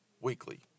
Weekly